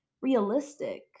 realistic